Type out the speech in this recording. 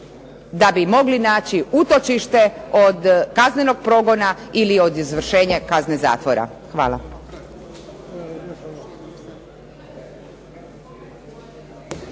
da bi mogli naći utočište od kaznenog progona ili od izvršenja kazne zatvora. Hvala.